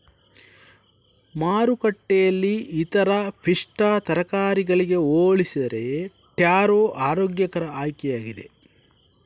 ಮಾರುಕಟ್ಟೆಯಲ್ಲಿ ಇತರ ಪಿಷ್ಟ ತರಕಾರಿಗಳಿಗೆ ಹೋಲಿಸಿದರೆ ಟ್ಯಾರೋ ಆರೋಗ್ಯಕರ ಆಯ್ಕೆಯಾಗಿದೆ